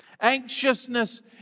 Anxiousness